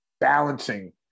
balancing